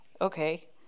okay